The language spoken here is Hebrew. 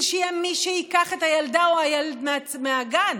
שיהיה מי שייקח את הילדה או הילד מהגן